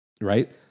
right